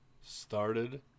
started